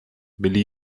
byli